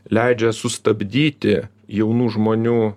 leidžia sustabdyti jaunų žmonių